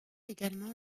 également